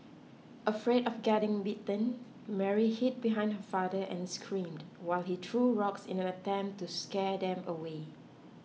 afraid of getting bitten Mary hid behind her father and screamed while he threw rocks in an attempt to scare them away